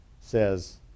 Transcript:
says